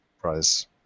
prize